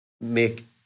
make